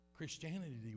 Christianity